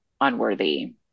unworthy